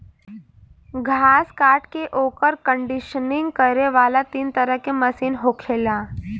घास काट के ओकर कंडीशनिंग करे वाला तीन तरह के मशीन होखेला